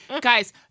Guys